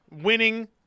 winning